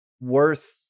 worth –